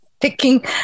taking